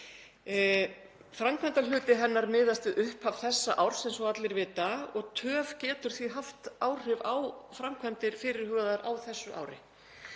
Framkvæmdahluti hennar miðast við upphaf þessa árs eins og allir vita og töf getur því haft áhrif á framkvæmdir fyrirhugaðar á þessu ári.